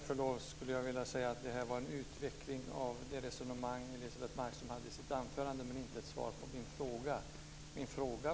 Fru talman! Med förlov sagt var detta en utveckling av det resonemang som Elisebeht Markström förde i sitt anförande, men det var inte svar på min fråga.